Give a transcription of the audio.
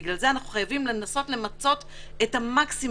בגלל זה אנחנו חייבים לנסות למצות את המקסימום,